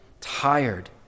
tired